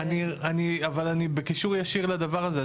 אבל אני בקישור ישיר לדבר הזה,